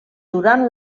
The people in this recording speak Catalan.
durant